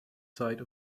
side